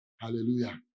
Hallelujah